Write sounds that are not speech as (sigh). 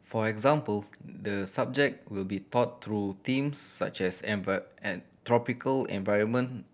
for example the subject will be taught through themes such as (unintelligible) tropical environment